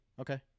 Okay